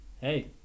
Hey